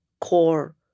core